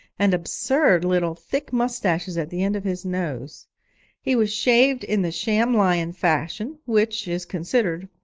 and absurd little thick moustaches at the end of his nose he was shaved in the sham-lion fashion, which is considered,